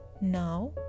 Now